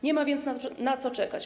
Nie ma więc na co czekać.